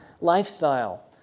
lifestyle